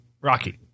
Rocky